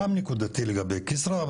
גם נקודתי לגבי כסרא,